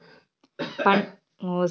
పంట మార్పిడి వల్ల వచ్చే నష్టాలు ఏమిటి?